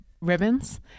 ribbons